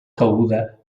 cabuda